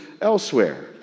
elsewhere